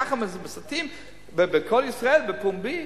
כך מסיתים ב"קול ישראל", בפומבי?